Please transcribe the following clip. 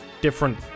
different